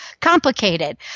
complicated